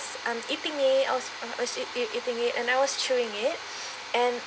um eating it I was I was eating it and I was chewing it and